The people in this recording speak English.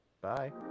bye